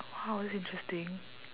!wow! that's interesting